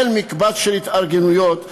אל מקבץ של התארגנויות,